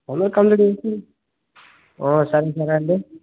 తొందరగా కంప్లీట్ చేసేయండి సరే సరే అండి